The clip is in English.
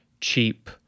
cheap